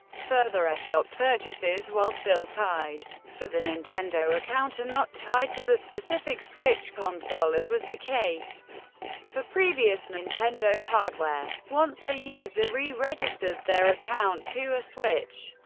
further, eshop purchases, while still tied to the nintendo account, are not tied to the specific switch console, as was the case for previous nintendo hardware. once the user re-registers their account to a switch,